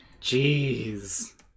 Jeez